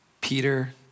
Peter